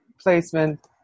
placement